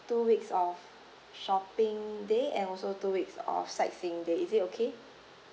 two weeks of shopping day and also two weeks of sightseeing day is it okay